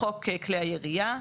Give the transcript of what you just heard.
חוק כלי הירייה.